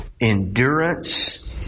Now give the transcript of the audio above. endurance